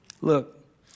Look